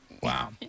Wow